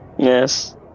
Yes